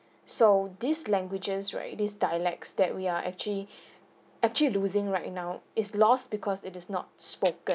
so this languages right these dialects that we are actually actually losing right now is lost because it is not spoken